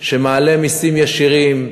שמעלה מסים ישירים,